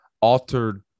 altered